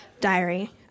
Diary